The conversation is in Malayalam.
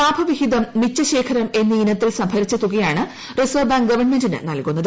ലാഭവിഹിതം മിച്ചശേഖരം എന്നീ ഇനത്തിൽ സംഭരിച്ച തുകയാണ് റിസർവ് ബാങ്ക് ഗവൺമെന്റിന് നൽകുന്നത്